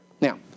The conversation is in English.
Now